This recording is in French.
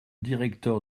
directeur